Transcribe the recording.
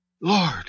Lord